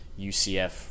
UCF